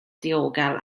diogel